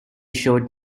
showed